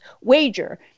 wager